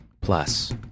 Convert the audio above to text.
Plus